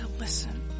Listen